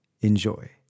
Enjoy